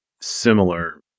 similar